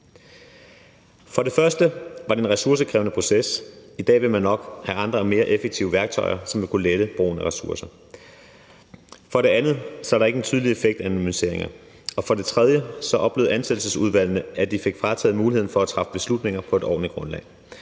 For det første var det en ressourcekrævende proces; i dag ville man nok have andre og mere effektive værktøjer, som vil kunne lette brugen af ressourcer. For det andet er der ikke en tydelig effekt af anonymiseringer. For det tredje oplevede ansættelsesudvalgene, at de fik frataget muligheden for at træffe beslutninger på et ordentligt grundlag,